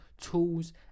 tools